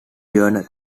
journal